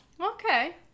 Okay